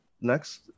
next